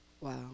Wow